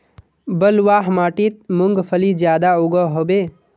बलवाह माटित मूंगफली ज्यादा उगो होबे?